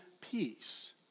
peace